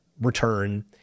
return